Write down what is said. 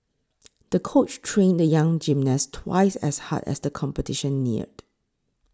the coach trained the young gymnast twice as hard as the competition neared